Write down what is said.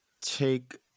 take